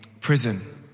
prison